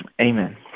Amen